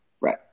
Right